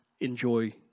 enjoy